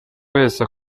wese